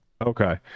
Okay